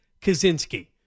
Kaczynski